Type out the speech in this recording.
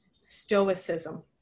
stoicism